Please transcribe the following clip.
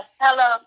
hello